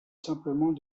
simplement